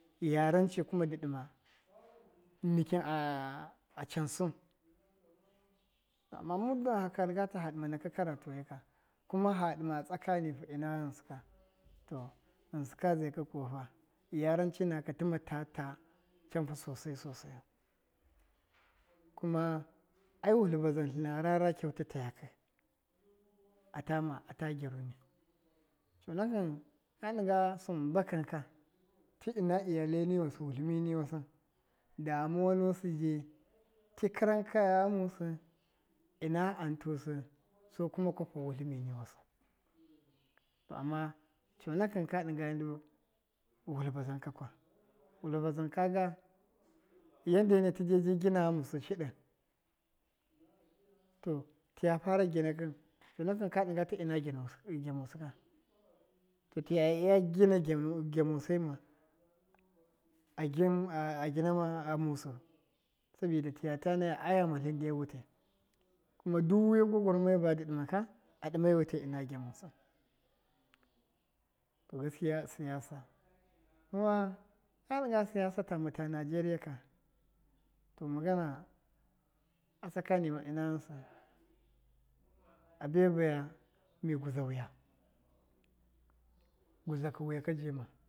Yaranci kuma dɨ ɗɨma mikya a cansɨn, to ama mɨddɨn fa ka rɨgata fa ɗɨma naka karatu wai ka kuma fa ɗɨma tsakanifu ɨna ghɨnsɨ ka to ghɨnsɨ ka ze ka ku wafa yaranci nakaka fa tima ta ta canfu sosai sosayu kuma ai wutlɨ bazan tlɨna rara kyautata yakɨ, ata ma ata gyaruni, conakɨn ka ɗɨnga sɨm ba kanka ti ɨna iyale niwasɨ wutlɨ mi niwasɨ, damuwa nusi ji ti karankaya ghamusi ina an tusi suku ma kwapa wutlɨ mi ruwasɨ, to ama conakɨn ka dɨnga ndu wutlɨ bazan kakwa? Wutlɨ bazan kaga yandema tɨdebi gina ghamusɨ shɨɗɨ, to tiya fara ginakɨ conakɨm ka ɗɨnga ndu ti ɨna gyamusɨ ka to tiya iya- iya gina gyamusema, a gim a ginama ghamusi sabida tiyata naya ai ghamatlin nde wutai kuma du wuya gwagwarmaya badɨ ɗɨma ka a ɗɨme wutai ɨna gyamusi, to gaskiya siyasa, kuma ka ɗinga ndu siyasa tama ta nigeria ka, to magana, a tsakaniwan ina ghinsi a bebaya mɨ gwudzawu ya, gwudzakɨ wuya ka dɨ ji ma.